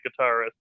guitarist